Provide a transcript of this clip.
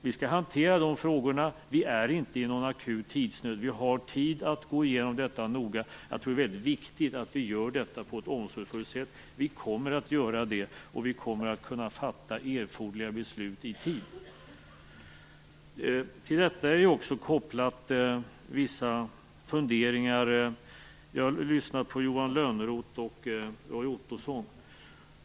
Vi skall hantera de frågorna, och vi är inte i akut tidsnöd. Vi har alltså tid att gå igenom det noga. Jag tror att det är väldigt viktigt att vi gör detta på ett omsorgsfullt sätt. Vi kommer att göra det och vi kommer att kunna fatta erforderliga beslut i tid. Till detta är också vissa funderingar kopplade. Jag har lyssnat på Johan Lönnroth och Roy Ottosson.